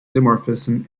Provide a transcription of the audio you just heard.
dimorphism